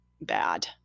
bad